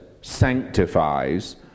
sanctifies